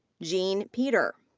jean peter.